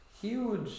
huge